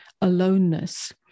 aloneness